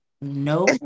No